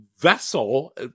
vessel